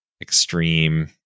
extreme